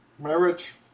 Marriage